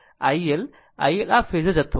આ iL આ iL આ ફેઝર જથ્થો છે